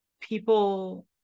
people